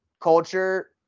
culture